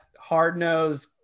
hard-nosed